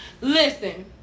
Listen